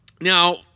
Now